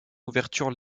ouverture